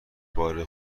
بار